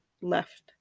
left